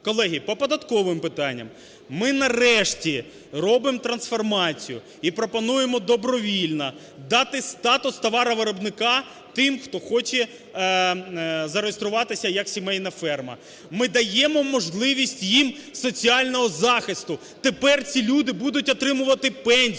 Колеги, по податковим питанням. Ми нарешті робимо трансформацію і пропонуємо добровільно дати статус товаровиробника тим, хто хоче зареєструватися як сімейна ферма. Ми даємо можливість їм соціального захисту. Тепер ці люди будуть отримувати пенсію,